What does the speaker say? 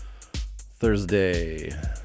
Thursday